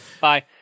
bye